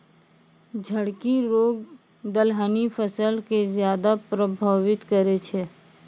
झड़की रोग दलहनी फसल के ज्यादा प्रभावित करै छै